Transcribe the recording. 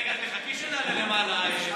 רגע, תחכי שנעלה למעלה.